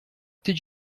did